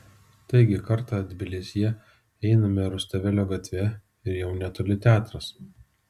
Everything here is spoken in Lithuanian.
taigi kartą tbilisyje einame rustavelio gatve ir jau netoli teatras